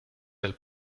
del